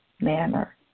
manner